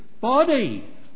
body